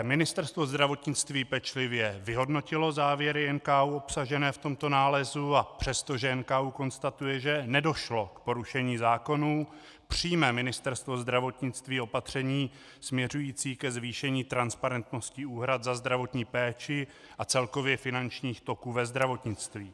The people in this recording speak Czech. Ministerstvo zdravotnictví pečlivě vyhodnotilo závěry NKÚ obsažené v tomto nálezu, a přestože NKÚ konstatuje, že nedošlo k porušení zákonů, přijme Ministerstvo zdravotnictví opatření směřující ke zvýšení transparentnosti úhrad za zdravotní péči a celkově finančních toků ve zdravotnictví.